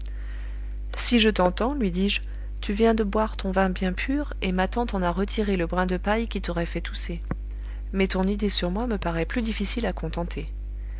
si je t'entends lui dis-je tu viens de boire ton vin bien pur et ma tante en a retiré le brin de paille qui t'aurait fait tousser mais ton idée sur moi me paraît plus difficile à contenter